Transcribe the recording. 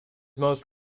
most